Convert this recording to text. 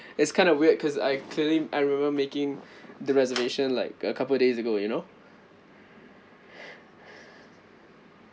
is kind of weird cause I clearly I remember making the reservation like a couple of days ago you know